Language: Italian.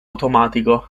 automatico